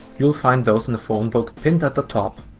you'll find those in the phonebook, pinned at the top.